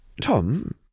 Tom